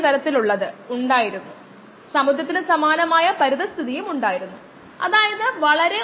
ടാങ്കറിൽ ഒരു ദ്വാരം ഉണ്ടെന്ന് കരുതുക അത് സെക്കൻഡിൽ 5 കിലോഗ്രാം എന്ന തോതിൽ വെള്ളം ഒഴിക്കുന്നു